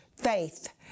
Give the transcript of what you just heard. faith